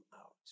out